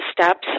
steps